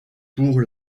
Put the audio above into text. pour